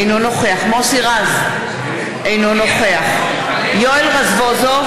אינו נוכח מוסי רז, אינו נוכח יואל רזבוזוב,